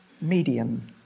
medium